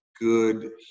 good